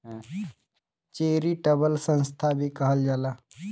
charitable संस्था भी कहल जाला